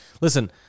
Listen